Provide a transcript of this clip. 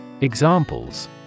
Examples